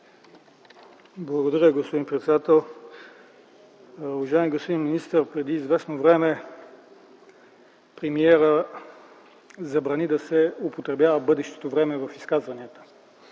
Благодаря, господин председател. Уважаеми господин министър, преди известно време премиерът забрани да се употребява бъдещото време в изказванията.